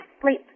sleep